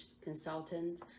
consultant